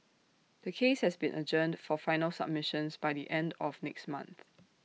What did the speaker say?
the case has been adjourned for final submissions by the end of next month